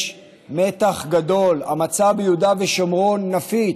יש מתח גדול, המצב ביהודה ושומרון נפיץ.